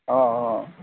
অঁ অঁ